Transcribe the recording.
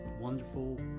wonderful